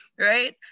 Right